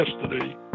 yesterday